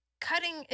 cutting